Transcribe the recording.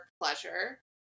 pleasure